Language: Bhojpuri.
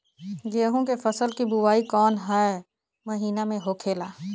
गेहूँ के फसल की बुवाई कौन हैं महीना में होखेला?